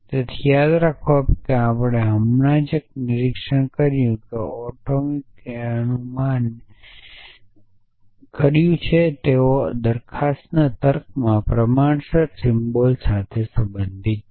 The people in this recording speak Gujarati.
તેથી યાદ કરો કે આપણે હમણાં જ એક નિરીક્ષણ કર્યું છે કે એટોમિકએ અનુમાન કર્યું છે કે તેઓ દરખાસ્તના તર્કમાં પ્રમાણસર સિમ્બોલ સાથે સંબંધિત છે